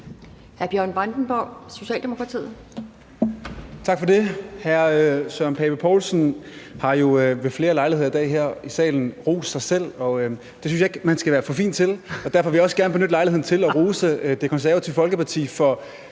Hr. Bjørn Brandenborg, Socialdemokratiet.